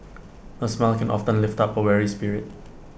A smile can often lift up A weary spirit